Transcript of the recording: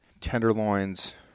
tenderloins